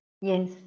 Yes